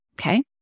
Okay